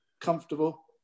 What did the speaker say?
comfortable